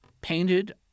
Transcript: painted